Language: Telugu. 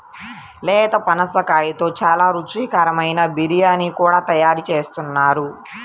లేత పనసకాయతో చాలా రుచికరమైన బిర్యానీ కూడా తయారు చేస్తున్నారు